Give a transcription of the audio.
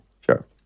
Sure